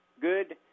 good